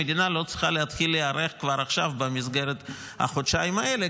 שהמדינה לא צריכה להתחיל להיערך כבר עכשיו במסגרת החודשיים האלה,